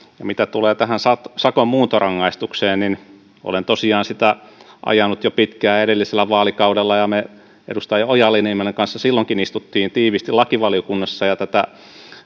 mitä tulee tähän sakon muuntorangaistukseen niin olen tosiaan sitä ajanut jo pitkään edellisellä vaalikaudella me edustaja ojala niemelän kanssa silloinkin istuimme tiiviisti lakivaliokunnassa ja tätä